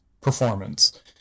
performance